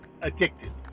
addicted